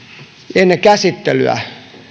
ennen käsittelyä